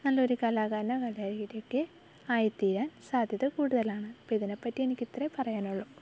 നല്ലൊരു കലാകാരനോ കലാകാരിയൊക്കെ ആയി തീരാൻ സാധ്യത കൂടുതലാണ് ഇപ്പം ഇതിനെപ്പറ്റി എനിക്ക് ഇത്രയേ പറയാനുള്ളു